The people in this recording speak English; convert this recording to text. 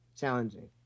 challenging